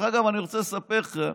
אני רוצה לספר לך,